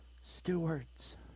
stewards